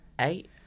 eight